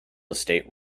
estate